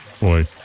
Boy